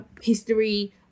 history